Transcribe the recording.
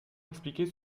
expliquer